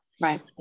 Right